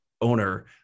owner